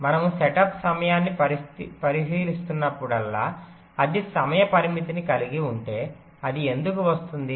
మనము సెటప్ సమయాన్ని పరిశీలిస్తున్నప్పుడల్లా అది సమయ పరిమితిని కలిగి ఉంటే అది ఎందుకు వస్తుంది